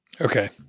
Okay